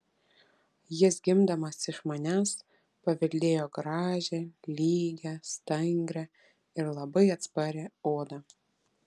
jis gimdamas iš manęs paveldėjo gražią lygią stangrią ir labai atsparią odą